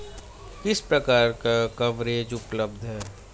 किस प्रकार का कवरेज उपलब्ध है?